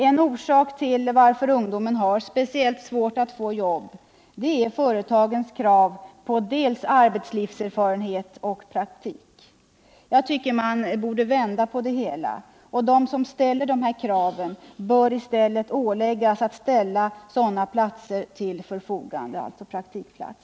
En ofta förekommande anledning till att ungdomarna har speciellt svårt att få jobb är företagens krav på dels arbetslivserfarenhet, dels praktik. Jag tycker att vi borde vända på det hela: De som ställer dessa krav bör i stället åläggas att ställa praktikplatser till förfogande.